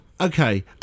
okay